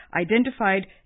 identified